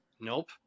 nope